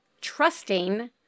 trusting